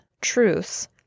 truths